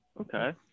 Okay